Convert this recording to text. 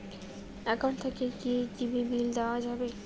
Account থাকি কি TV bill দেওয়া যাবে?